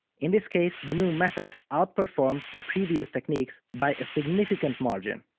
in this case, the new method outperformed the previous techniques by a significant margin,